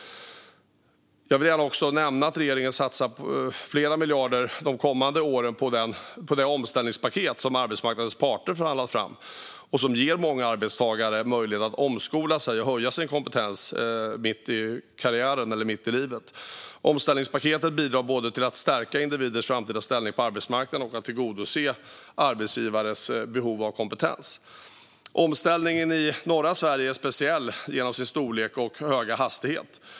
Jag vill gärna också nämna att regeringen satsar flera miljarder de kommande åren på det omställningspaket som arbetsmarknadens parter förhandlat fram och som ger många arbetstagare möjlighet att omskola sig och höja sin kompetens mitt i karriären eller mitt i livet. Omställningspaketet bidrar både till att stärka individers framtida ställning på arbetsmarknaden och till att tillgodose arbetsgivares behov av kompetens. Omställningen i norra Sverige är speciell genom sin storlek och höga hastighet.